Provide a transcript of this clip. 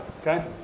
Okay